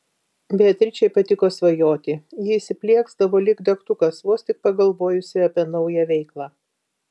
beatričei patiko svajoti ji įsiplieksdavo lyg degtukas vos tik pagalvojusi apie naują veiklą